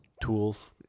Tools